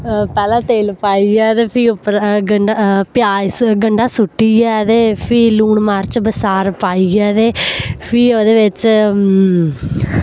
पैह्ले तेल पाइयै ते फ्ही उप्पर गंडा प्याज गंडा सुट्टियै ते फ्ही लून मर्च बसार पाइयै ते फ्ही ओह्दे बिच्च